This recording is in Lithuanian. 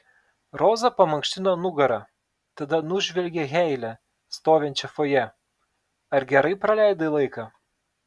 roza pamankštino nugarą tada nužvelgė heile stovinčią fojė ar gerai praleidai laiką